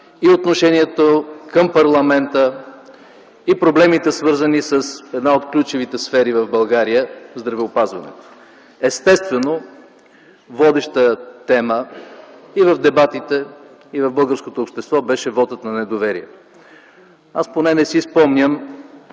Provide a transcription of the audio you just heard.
и отношението към парламента, и проблемите, свързани с една от ключовите сфери в България – здравеопазването. Естествено водеща тема и в дебатите, и в българското общество беше вотът на недоверие. Аз поне не си спомням